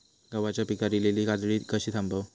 गव्हाच्या पिकार इलीली काजळी कशी थांबव?